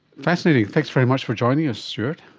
fascinating. thanks very much for joining us stuart.